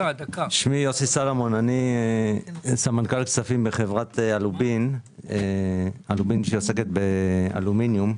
אני סמנכ"ל כספים בחברת אלובין שעוסקת באלומיניום.